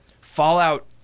Fallout